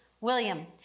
William